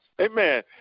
Amen